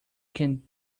can